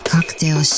Cocktail